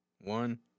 one